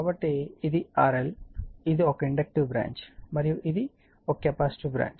కాబట్టి ఇది RL ఇది ఒక ఇండక్టివ్ బ్రాంచ్ మరియు ఇది ఒక కెపాసిటివ్ బ్రాంచ్